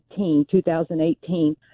2018